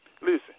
listen